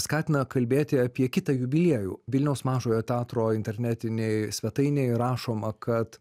skatina kalbėti apie kitą jubiliejų vilniaus mažojo teatro internetinėj svetainėj rašoma kad